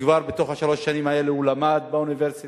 שכבר בתוך שלוש השנים האלה למד באוניברסיטה,